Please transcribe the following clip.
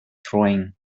throwing